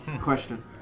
question